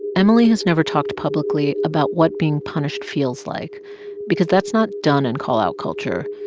emily has never talked publicly about what being punished feels like because that's not done in call-out culture.